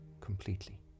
completely